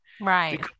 Right